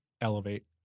elevate